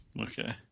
Okay